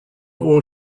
all